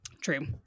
True